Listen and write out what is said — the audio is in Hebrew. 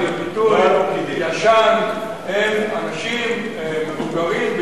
הם אנשים מבוגרים,